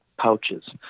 pouches